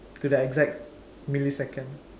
to the exact millisecond